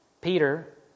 Peter